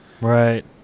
Right